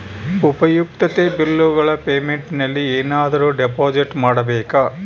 ಉಪಯುಕ್ತತೆ ಬಿಲ್ಲುಗಳ ಪೇಮೆಂಟ್ ನಲ್ಲಿ ಏನಾದರೂ ಡಿಪಾಸಿಟ್ ಮಾಡಬೇಕಾ?